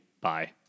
Bye